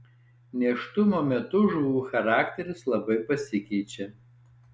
nėštumo metu žuvų charakteris labai pasikeičia